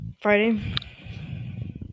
Friday